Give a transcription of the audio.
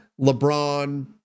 LeBron